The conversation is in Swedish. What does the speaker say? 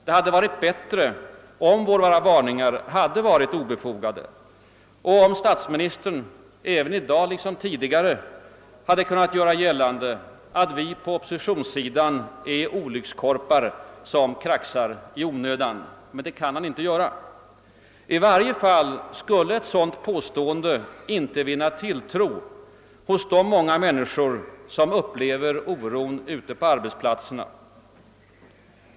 Det hade varit bättre, om våra varningar hade varit obefogade och om statsministern även i dag liksom tidigare hade kunnat göra gällande att vi på oppositionssidan är olyckskorpar som kraxar i onödan. Men det kan han inte göra. I varje fall skulle ett sådant påstående inte vinna tilltro hos de många människor som upplever oron ute på arbetsplatserna.